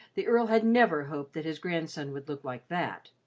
the earl had never hoped that his grandson would look like that.